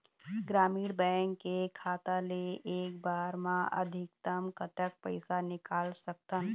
ग्रामीण बैंक के खाता ले एक बार मा अधिकतम कतक पैसा निकाल सकथन?